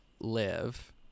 live